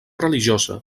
religiosa